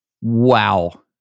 Wow